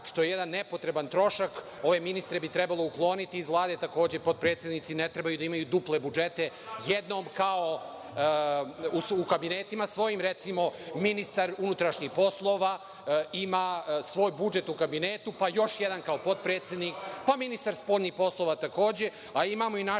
što je jedan nepotreban trošak. Ove ministre bi trebalo ukloniti iz Vlade, takođe potpredsednici ne trebaju da imaju duple budžete. Jednom kao, u kabinetima svojim, recimo, ministar unutrašnjih poslova ima svoj budžet u kabinetu, pa još jedan kao potpredsednik, pa ministar spoljnih poslova takođe, a imamo i naše